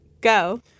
go